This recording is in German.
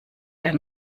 der